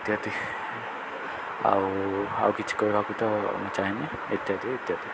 ଇତ୍ୟାଦି ଆଉ ଆଉ କିଛି କହିବାକୁ ତ ଚାହିଁନି ଇତ୍ୟାଦି ଇତ୍ୟାଦି